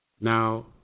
Now